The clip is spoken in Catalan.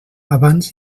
abans